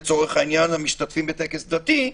לצורך העניין, המשתתפים בטקס דתי,